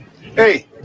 Hey